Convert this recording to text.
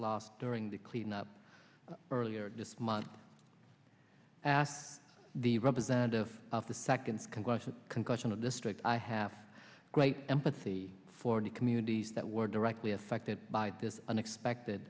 lost during the cleanup earlier this month as the representative of the second congressional congressional district i have great empathy for the communities that were directly affected by this unexpected